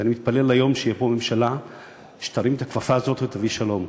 ואני מתפלל ליום שתהיה פה ממשלה שתרים את הכפפה הזאת ותביא שלום.